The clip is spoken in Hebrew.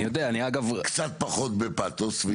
אני יודע, אני אגב --- קצת פחות בפאתוס.